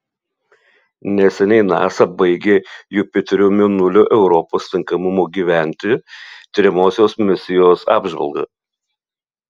neseniai nasa baigė jupiterio mėnulio europos tinkamumo gyventi tiriamosios misijos apžvalgą